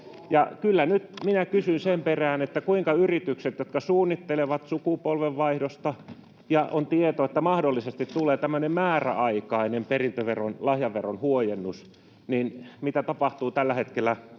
Kyllä nyt minä kysyn sen perään, että kun yritykset suunnittelevat sukupolvenvaihdosta ja on tieto, että mahdollisesti tulee tämmöinen määräaikainen perintöveron, lahjaveron, huojennus, niin mitä tapahtuu tällä hetkellä